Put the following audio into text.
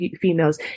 females